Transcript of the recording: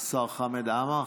השר חמד עמאר.